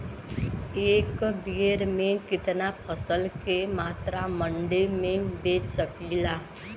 एक बेर में कितना फसल के मात्रा मंडी में बेच सकीला?